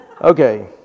okay